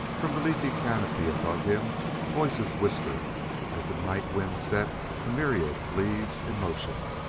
from the leafy canopy above him voices whispered as the night wind set a myriad leaves in motion.